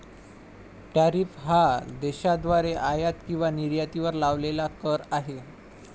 tariff हा देशाद्वारे आयात किंवा निर्यातीवर लावलेला कर आहे